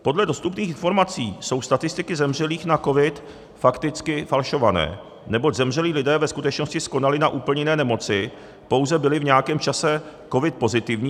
Podle dostupných informací jsou statistiky zemřelých na covid fakticky falšované, neboť zemřelí lidé ve skutečnosti skonali na úplně jiné nemoci, pouze byli v nějakém čase covid pozitivní.